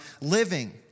living